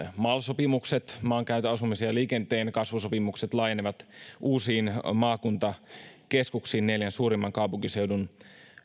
mal sopimukset maankäytön asumisen ja liikenteen kasvusopimukset laajenevat uusiin maakuntakeskuksiin neljän suurimman kaupunkiseudun